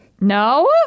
No